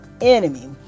enemy